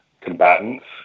combatants